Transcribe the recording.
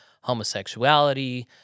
homosexuality